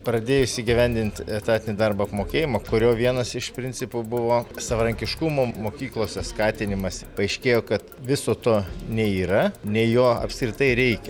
pradėjus įgyvendint etatinį darbo apmokėjimą kurio vienas iš principų buvo savarankiškumo mokyklose skatinimas paaiškėjo kad viso to nei yra nei jo apskritai reikia